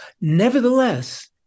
Nevertheless